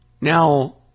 Now